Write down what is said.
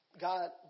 God